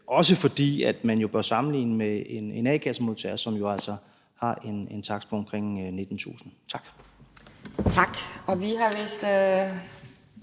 også fordi man jo bør sammenligne med et a-kassemedlem, som jo altså har en takst på omkring 19.000 kr. Tak.